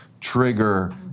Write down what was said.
trigger